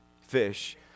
fish